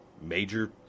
major